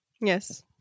Yes